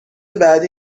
بعدی